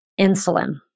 insulin